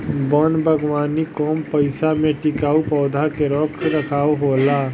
वन बागवानी कम पइसा में टिकाऊ पौधा के रख रखाव होला